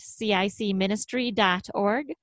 cicministry.org